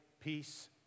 peace